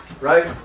right